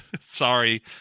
Sorry